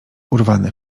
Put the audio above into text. urwane